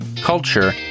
culture